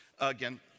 again